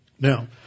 Now